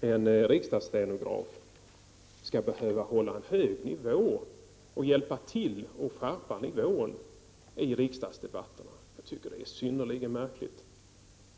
en riksdagsstenograf skall behöva hålla en hög nivå och hjälpa till och skärpa nivån i riksdagsdebatterna. Jag tycker att det är synnerligen märkligt.